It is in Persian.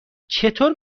چطور